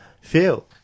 feel